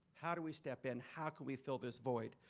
how do we step in? how can we fill this void?